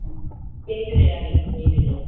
हा जय झूलेलाल भईया जय झूलेलाल